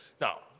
Now